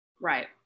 Right